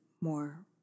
more